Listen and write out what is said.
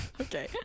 okay